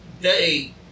day